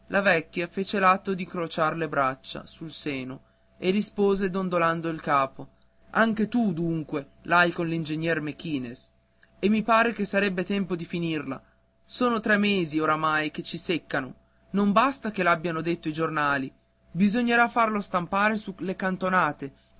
la vecchia fece l'atto d'incrociar le braccia sul seno e rispose dondolando il capo anche tu dunque l'hai con l'ingegnere mequinez e mi pare che sarebbe tempo di finirla son tre mesi oramai che ci seccano non basta che l'abbiano detto i giornali bisognerà farlo stampare sulle cantonate